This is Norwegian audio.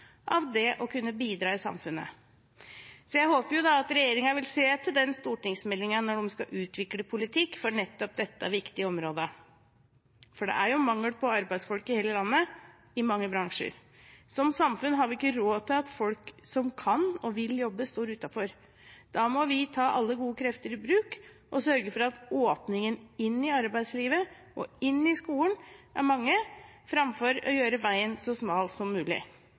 det å kunne bidra i samfunnet. Jeg håper regjeringen vil se til denne stortingsmeldingen når de skal utvikle politikk for nettopp dette viktige området. Det er mangel på arbeidsfolk i hele landet og i mange bransjer. Som samfunn har vi ikke råd til at folk som kan og vil jobbe, står utenfor. Da må vi ta alle gode krefter i bruk og sørge for at åpningene inn i arbeidslivet og inn i skolen er mange, framfor å gjøre veien så smal som mulig.